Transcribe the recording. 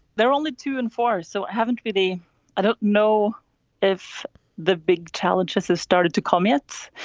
there only two and four. so i haven't really i don't know if the big challenges have started to comment,